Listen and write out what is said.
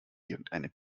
irgendeine